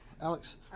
Alex